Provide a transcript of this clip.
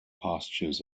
pastures